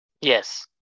Yes